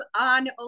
on